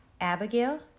Abigail